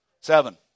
Seven